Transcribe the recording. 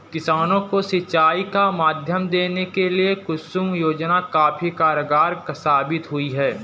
किसानों को सिंचाई का माध्यम देने के लिए कुसुम योजना काफी कारगार साबित हुई है